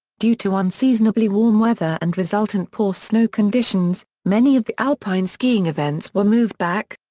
due to unseasonably warm weather and resultant poor snow conditions, many of the alpine skiing events were moved back,